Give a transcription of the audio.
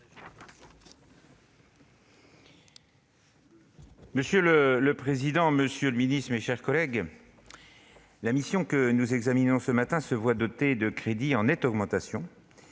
Monsieur le président, monsieur le ministre, mes chers collègues, la mission que nous examinons ce matin se voit dotée de crédits en nette augmentation,